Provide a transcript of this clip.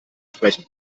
sprechen